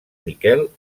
miquel